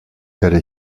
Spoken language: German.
werde